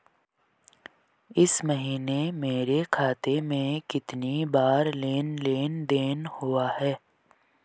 इस महीने मेरे खाते में कितनी बार लेन लेन देन हुआ है?